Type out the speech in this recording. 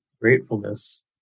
gratefulness